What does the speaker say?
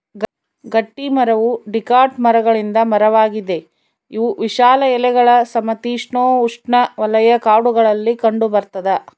ಗಟ್ಟಿಮರವು ಡಿಕಾಟ್ ಮರಗಳಿಂದ ಮರವಾಗಿದೆ ಇವು ವಿಶಾಲ ಎಲೆಗಳ ಸಮಶೀತೋಷ್ಣಉಷ್ಣವಲಯ ಕಾಡುಗಳಲ್ಲಿ ಕಂಡುಬರ್ತದ